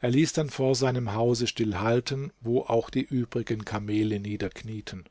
er ließ dann vor seinem hause still halten wo auch die übrigen kamele niederknieten